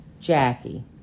Jackie